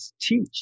teach